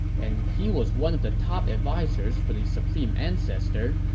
and he was one of the top advisers for the supreme ancestor,